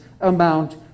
amount